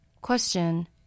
Question